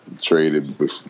traded